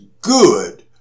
good